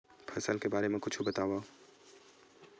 फसल के बारे मा कुछु बतावव